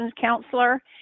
counselor